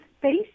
space